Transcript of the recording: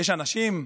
יש אנשים,